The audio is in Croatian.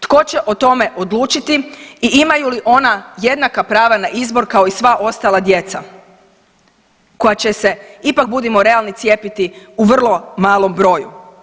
Tko će o tome odlučiti i imaju li ona jednaka prava na izbor kao i sva ostala djeca koja će se ipak budimo realni, cijepiti u vrlo malom broju?